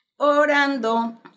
Orando